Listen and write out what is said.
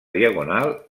diagonal